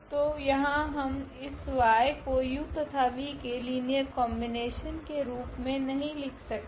तो यहाँ हम इस y को u तथा v के लीनियर कोंबिनेशन के रूप मे नहीं लिख सकते